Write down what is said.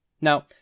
Now